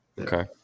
Okay